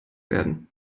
werden